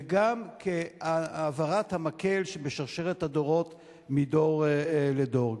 וגם כהעברת המקל שבשרשרת הדורות מדור לדור.